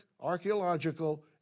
archaeological